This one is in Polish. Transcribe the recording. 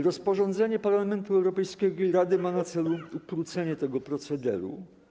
Rozporządzenie Parlamentu Europejskiego i Rady ma na celu ukrócenie tego procederu.